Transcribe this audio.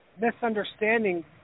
Misunderstanding